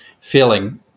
feeling